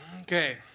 Okay